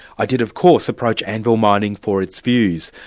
i did of course approach anvil mining for its views.